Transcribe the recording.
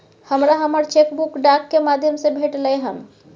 हमरा हमर cheque book डाक के माध्यम से भेटलय हन